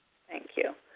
thank you.